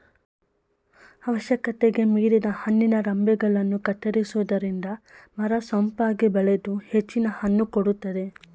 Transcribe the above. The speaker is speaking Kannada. ಅವಶ್ಯಕತೆಗೆ ಮೀರಿದ ಹಣ್ಣಿನ ರಂಬೆಗಳನ್ನು ಕತ್ತರಿಸುವುದರಿಂದ ಮರ ಸೊಂಪಾಗಿ ಬೆಳೆದು ಹೆಚ್ಚಿನ ಹಣ್ಣು ಕೊಡುತ್ತದೆ